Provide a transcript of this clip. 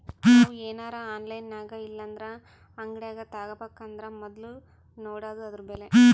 ನಾವು ಏನರ ಆನ್ಲೈನಿನಾಗಇಲ್ಲಂದ್ರ ಅಂಗಡ್ಯಾಗ ತಾಬಕಂದರ ಮೊದ್ಲು ನೋಡಾದು ಅದುರ ಬೆಲೆ